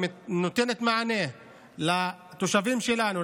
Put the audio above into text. שנותנת מענה לתושבים שלנו,